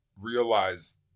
realize